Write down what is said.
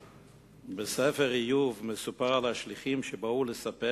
בספר איוב מסופר על השליחים שבאו לספר